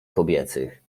kobiecych